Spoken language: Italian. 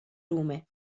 lume